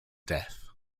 death